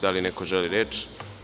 Da li neko želi reč?